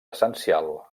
essencial